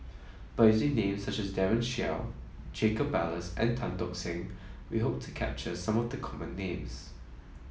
by using names such as Daren Shiau Jacob Ballas and Tan Tock Seng we hope to capture some of the common names